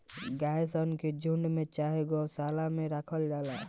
गाय सन के झुण्ड में चाहे गौशाला में राखल जाला